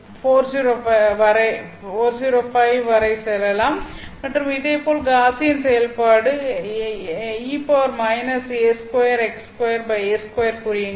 405 வரை சொல்லலாம் மற்றும் இதேபோல் காஸியன் செயல்பாடு exp α2x2a2 குறியுங்கள்